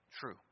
true